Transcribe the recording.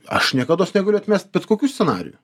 aš niekados negaliu atmest bet kokių scenarijų